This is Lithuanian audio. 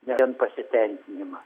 vien pasitenkinimas